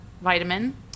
vitamin